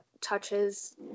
touches